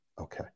Okay